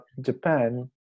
Japan